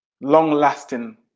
long-lasting